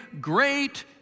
Great